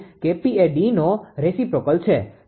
તેથી 𝐾𝑝 એ Dનો રેસીપ્રોકલ છે